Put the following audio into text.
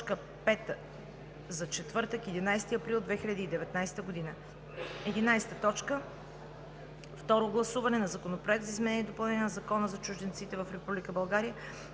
пета за четвъртък, 11 април 2019 г. 11. Второ гласуване на Законопроекта за изменение и допълнение на Закона за чужденците в Република България.